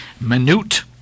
minute